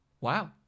wow